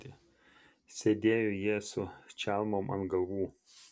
sėdėjo jie su čalmom ant galvų